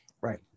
right